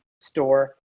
store